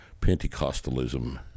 Pentecostalism